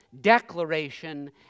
declaration